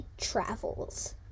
travels